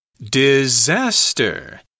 DISASTER